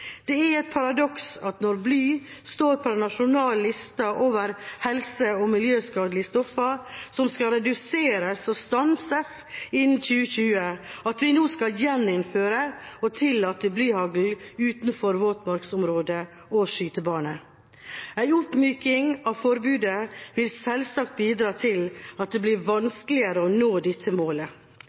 Det er et paradoks når bly står på den nasjonale lista over helse- og miljøskadelige stoffer som skal reduseres og stanses innen 2020, at vi nå skal gjeninnføre og tillate blyhagl utenfor våtmarksområder og skytebaner. En oppmyking av forbudet vil selvsagt bidra til at det blir vanskeligere å nå dette målet.